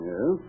Yes